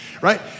right